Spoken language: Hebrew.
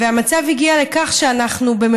והמצב הגיע לכך שאנחנו בשנים האחרונות